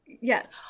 yes